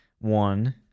One